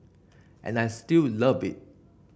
and I still love it